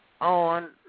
on